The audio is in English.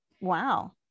Wow